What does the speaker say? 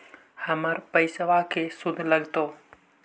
हमर पैसाबा के शुद्ध लगतै?